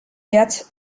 yet